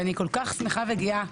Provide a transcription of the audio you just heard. ואני כל כך שמחה וגאה,